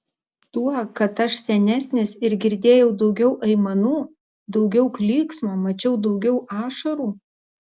tuo kad aš senesnis ir girdėjau daugiau aimanų daugiau klyksmo mačiau daugiau ašarų